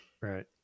Right